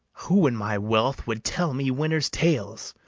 who in my wealth would tell me winter's tales,